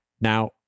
Now